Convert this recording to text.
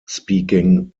speaking